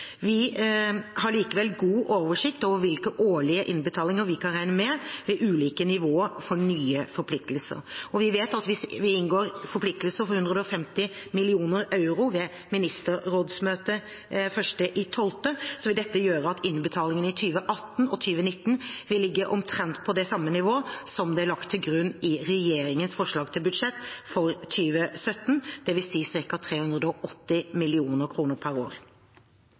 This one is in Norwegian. Vi har likevel god oversikt over hvilke årlige innbetalinger vi kan regne med ved ulike nivåer for nye forpliktelser. Vi vet at hvis vi inngår forpliktelser for 150 mill. euro ved ministerrådsmøtet den 1. desember, vil det gjøre at innbetalingene i 2018 og 2019 vil ligge på omtrent samme nivå som det som er lagt til grunn i regjeringens forslag til budsjett for 2017, dvs. ca. 380 mill. kr per år.